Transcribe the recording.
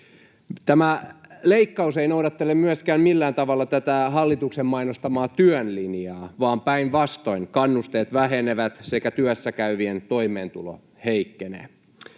Tämä leikkaus ei noudattele myöskään millään tavalla tätä hallituksen mainostamaa työn linjaa, vaan päinvastoin: kannusteet vähenevät sekä työssä käyvien toimeentulo heikkenee.